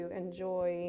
enjoy